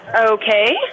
Okay